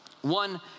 One